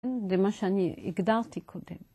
זה מה שאני הגדרתי קודם.